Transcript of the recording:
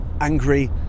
angry